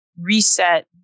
reset